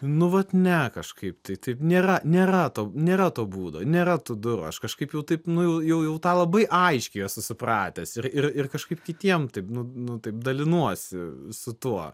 nu vat ne kažkaip tai taip nėra nėra to nėra to būdo nėra tų durų aš kažkaip jau taip nu jau jau jau tą labai aiškiai esu supratęs ir ir ir kažkaip kitiem taip nu nu taip dalinuosi su tuo